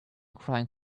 crying